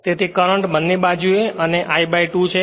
તેથી કરંટ બંને બાજુએ અને I 2 છે